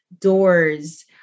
doors